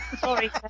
sorry